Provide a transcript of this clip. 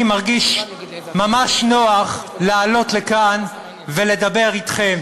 אני מרגיש ממש נוח לעלות לכאן ולדבר אתכם